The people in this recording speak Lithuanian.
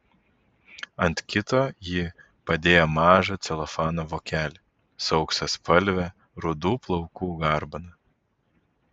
ant kito ji padėjo mažą celofano vokelį su auksaspalve rudų plaukų garbana